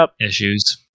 issues